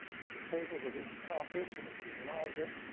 the table with its carpet, and if we enlarge it,